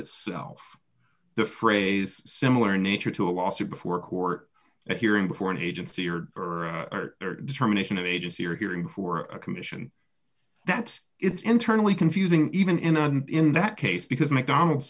it's the phrase similar in nature to a lawsuit before a court hearing before an agency or determination of agency or hearing before a commission that's it's internally confusing even in a in that case because mcdonald